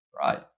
right